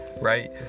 right